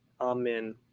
Amen